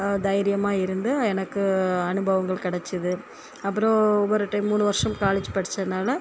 தையரியமாக இருந்தது எனக்கு அனுபவங்கள் கிடச்சிது அப்புறம் ஒரு டைம் மூணு வருஷம் காலேஜ் படித்ததுனால